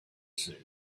said